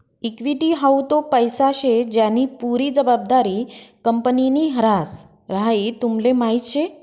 equity हाऊ तो पैसा शे ज्यानी पुरी जबाबदारी कंपनीनि ह्रास, हाई तुमले माहीत शे